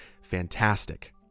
fantastic